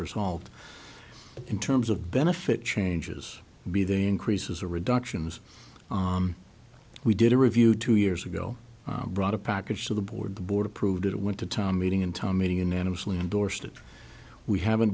resolved in terms of benefit changes be they increases or reductions we did a review two years ago brought a package to the board the board approved it went to town meeting in town meeting unanimously endorsed it we haven't